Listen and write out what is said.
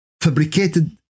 fabricated